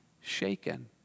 shaken